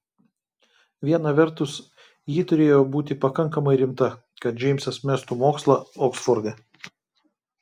viena vertus ji turėjo būti pakankamai rimta kad džeimsas mestų mokslą oksforde